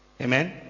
Amen